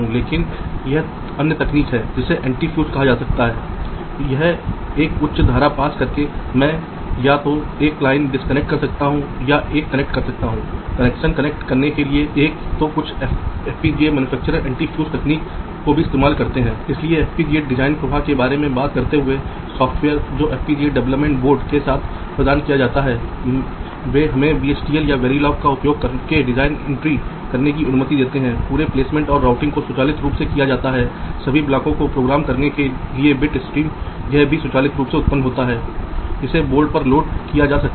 इसलिए यहां हम कह रहे हैं कि चैनलों के भीतर यह सिग्नल नेट धातु की परतों को शक्ति और जमीन के साथ साझा कर सकता है लेकिन अगर मानक सेल के मामले में बिजली की परत है तो मानक सेल में नहीं बल्कि पूर्ण कस्टम डिजाइन के लिए परतों को बदलना होगा क्योंकि बिजली और जमीन में हमेशा उच्च प्राथमिकता होगी और आप बिजली और जमीन की परतों पर तार कनेक्शन का उपयोग नहीं करना चाहते हैं और जाहिर है परत की पसंद धातु की परत एल्यूमीनियम है जिसका सबसे व्यापक रूप से उपयोग किया जाता है जिसमें सबसे कम प्रतिरोधकता होती है